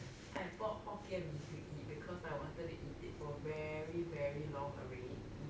I bought hokkien mee to eat because I wanted to eat it for very very long already